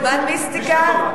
"זמן מיסטיקה",